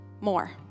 more